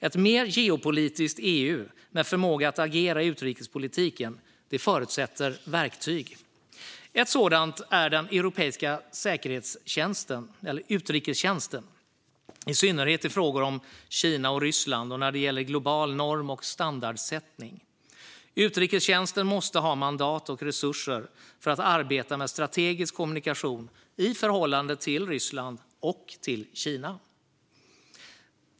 Ett mer geopolitiskt EU med förmåga att agera i utrikespolitiken förutsätter verktyg. Ett sådant är den europeiska utrikestjänsten, i synnerhet i frågor om Kina och Ryssland och när det gäller global norm och standardsättning. Utrikestjänsten måste ha mandat och resurser för att arbeta med strategisk kommunikation i förhållande till Ryssland och Kina.